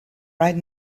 right